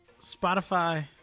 Spotify